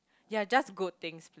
yea just good things